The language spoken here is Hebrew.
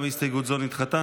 גם הסתייגות זו נדחתה.